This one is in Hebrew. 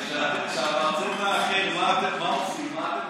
כשהמרצה מאחר מה אתם עושים?